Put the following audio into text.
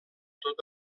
tot